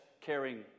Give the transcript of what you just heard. caring